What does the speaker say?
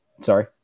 Sorry